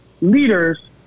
leaders